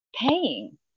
paying